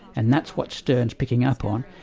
and that's what sterne's picking up on,